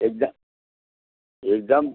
एकदम एकदम